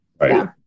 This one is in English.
Right